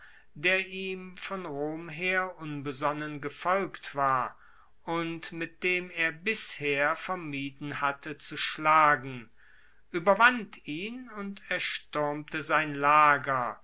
der ihm von rom her unbesonnen gefolgt war und mit dem er bisher vermieden hatte zu schlagen ueberwand ihn und erstuermte sein lager